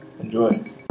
enjoy